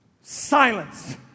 Silence